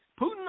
Putin